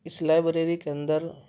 اس library کے اندر